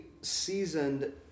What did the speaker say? seasoned